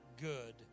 good